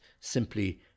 simply